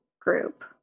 group